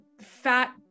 fat